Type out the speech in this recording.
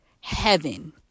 heaven